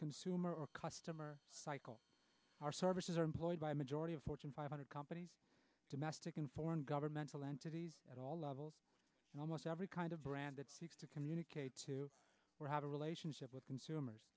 consumer or customer cycle our services are employed by majority of fortune five hundred companies domestic and foreign governmental entities at all levels and almost every kind of brand that seeks to communicate to have a relationship with consumers